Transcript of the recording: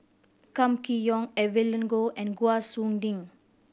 Kam Kee Yong Evelyn Goh and